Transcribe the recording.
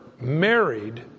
married